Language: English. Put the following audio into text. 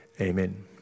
amen